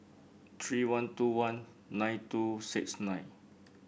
three one two one nine two six nine